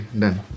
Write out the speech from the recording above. done